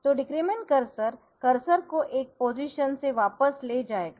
तो decrement cursor cursor को एक पोजीशन से वापस ले जाएगा